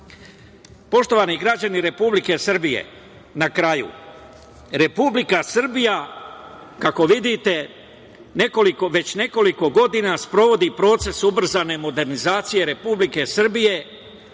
gologuzan. Poštovani građani Republike Srbije, na kraju, Republika Srbija, kako vidite, već nekoliko godina sprovodi proces ubrzane modernizacije Republike Srbije,